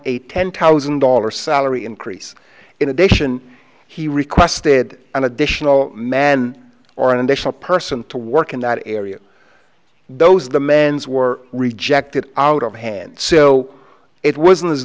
a ten thousand dollar salary increase in addition he requested an additional men or an additional person to work in that area those the men's were rejected out of hand so it wasn't as